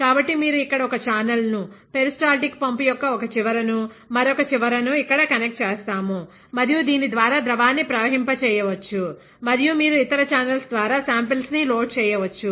కాబట్టి మీరు ఇక్కడ ఒక ఛానల్ ను పెరిస్టాల్టిక్ పంపు యొక్క ఒక చివరను మరొక చివరను ఇక్కడ కనెక్ట్ చేస్తారు మరియు దీని ద్వారా ద్రవాన్ని ప్రవహింపచేయవచ్చు మరియు మీరు ఇతర ఛానెల్స్ ద్వారా సాంపిల్స్ ని లోడ్ చేయవచ్చు